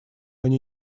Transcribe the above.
они